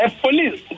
police